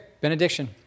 benediction